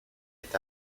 est